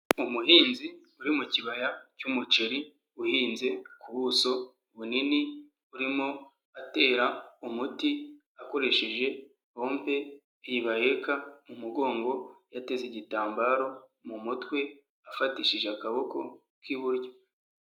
Umuhinzi uri mu kibaya cy'umuceri uhinze ku buso bunini, urimo atera umuti akoresheje bope iyi baheka umugongo, yateze igitambaro mu mutwe, afatishije akaboko k'iburyo.